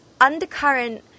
undercurrent